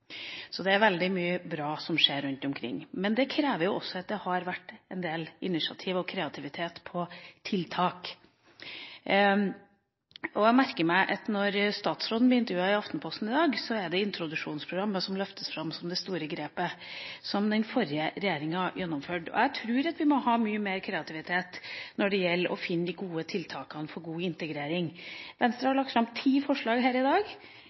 Så det er veldig mye bra som skjer rundt omkring. Men det krever en del initiativ og kreativitet når det gjelder tiltak. Jeg merker meg at når statsråden blir intervjuet i Aftenposten i dag, er det introduksjonsprogrammet som løftes fram som det store grepet – som den forrige regjeringen innførte. Jeg tror vi må ha mye mer kreativitet når det gjelder å finne de gode tiltakene for god integrering. Venstre har lagt fram elleve forslag her i dag.